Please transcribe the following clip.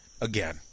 again